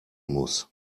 muss